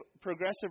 progressive